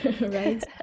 right